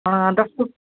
ਹਾਂ ਦੱਸੋ